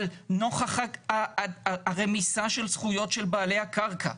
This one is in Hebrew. אבל לנוכח הרמיסה של זכויות של בעלי הקרקע,